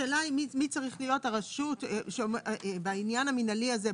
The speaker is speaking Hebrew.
השאלה מי צריך להיות הרשות בעניין המינהלי הזה,